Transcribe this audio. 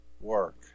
work